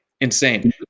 insane